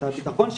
את הביטחון שלהם,